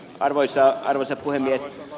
arvoisa puhemies